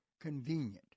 convenient